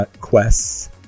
quests